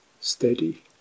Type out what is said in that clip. steady